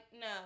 no